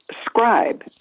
scribe